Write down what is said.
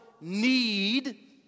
need